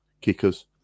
Kickers